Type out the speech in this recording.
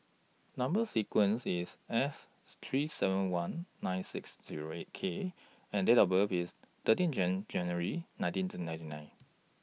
Number sequence IS S three seven one nine six Zero eight K and Date of birth IS thirteen June nineteen two ninety nine